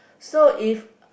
so if